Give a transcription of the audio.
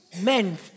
men